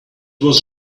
was